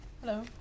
Hello